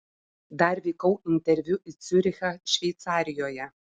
dar vykau interviu į ciurichą šveicarijoje